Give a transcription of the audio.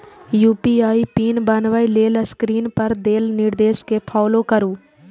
UPI PIN बनबै लेल screen पर देल निर्देश कें फॉलो करू